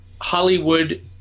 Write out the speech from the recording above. Hollywood